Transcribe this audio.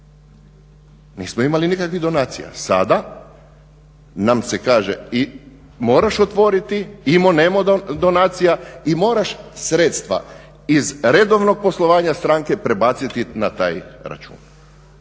nismo imali nikakvih donacija. Sada nam se kaže moraš otvoriti imo-nemo donacija i moraš sredstva iz redovnog poslovanja stranke prebaciti na taj račun.